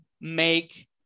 make